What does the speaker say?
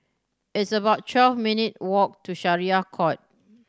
it's about twelve minute walk to Syariah Court